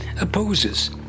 opposes